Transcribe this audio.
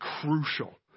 crucial